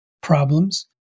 problems